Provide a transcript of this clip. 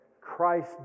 Christ